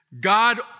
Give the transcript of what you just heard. God